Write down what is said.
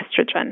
estrogen